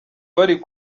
bari